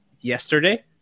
yesterday